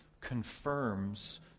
confirms